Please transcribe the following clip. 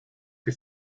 que